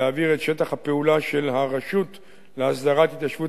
להעביר את שטח הפעולה של הרשות להסדרת התיישבות